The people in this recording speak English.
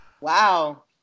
Wow